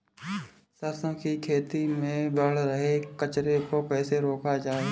सरसों की खेती में बढ़ रहे कचरे को कैसे रोका जाए?